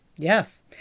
Yes